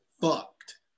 fucked